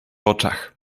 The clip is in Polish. oczach